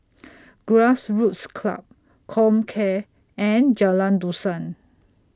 Grassroots Club Comcare and Jalan Dusan